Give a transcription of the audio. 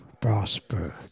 prosper